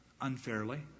unfairly